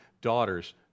daughters